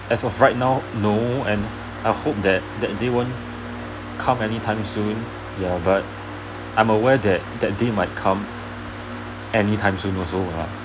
as of right now no and I hope that that day won't come anytime soon ya but I'm aware that that day might come anytime soon also lah